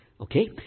Okay